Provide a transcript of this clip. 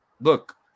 Look